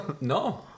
no